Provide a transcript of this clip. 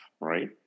right